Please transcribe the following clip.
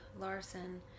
Larson